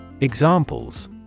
Examples